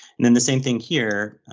then the same thing here,